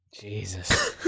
Jesus